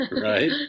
right